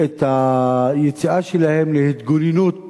את היציאה שלהם להתגוננות ולהגן,